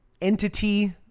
entity